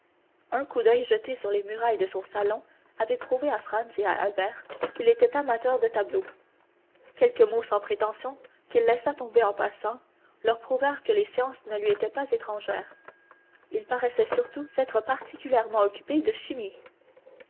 un coup d'oeil jeté sur les murailles de son salon avait prouvé à franz et à albert qu'il était amateur de tableaux quelques mots sans prétention qu'il laissa tomber en passant leur prouvèrent que les sciences ne lui étaient pas étrangères il paraissait surtout s'être particulièrement occupé de chimie